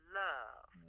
love